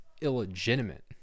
illegitimate